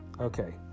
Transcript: Okay